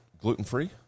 gluten-free